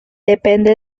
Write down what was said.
depende